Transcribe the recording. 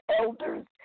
elders